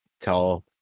tell